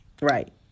Right